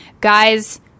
guys